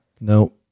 No